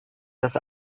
das